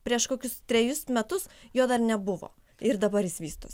prieš kokius trejus metus jo dar nebuvo ir dabar jis vystosi